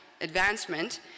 advancement